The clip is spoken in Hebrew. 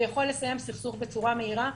ויכול לסיים סכסוך בצורה מהירה.